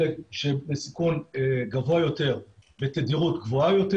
אלה שבסיכון גבוה יותר בתדירות גבוה יותר.